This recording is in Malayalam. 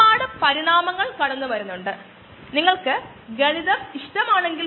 വാതിലുകൾ ഇതിനകം സീൽ ചെയ്തു കഴ്ഞ്ഞു ജാലകങ്ങളും ഇതിനകം സീൽ ചെയ്തു കഴ്ഞ്ഞിരിക്കുന്നു